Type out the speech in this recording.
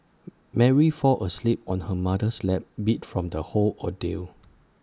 Mary fall asleep on her mother's lap beat from the whole ordeal